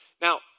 Now